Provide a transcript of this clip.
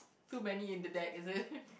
too many in the deck is it